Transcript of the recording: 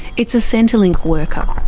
it's a centrelink worker.